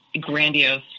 grandiose